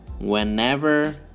whenever